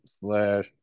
slash